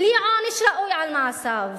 בלי עונש ראוי על מעשיו.